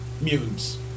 mutants